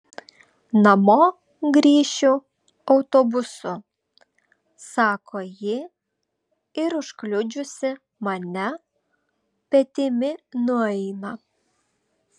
namo grįšiu autobusu sako ji ir užkliudžiusi mane petimi nueina